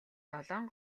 долоон